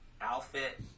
outfit